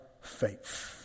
faith